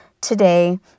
today